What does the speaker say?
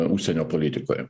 užsienio politikoje